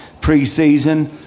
pre-season